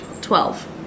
Twelve